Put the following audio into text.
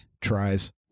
tries